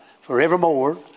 forevermore